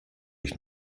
ich